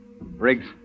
Briggs